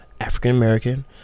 African-American